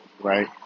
right